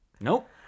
Nope